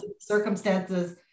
circumstances